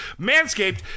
Manscaped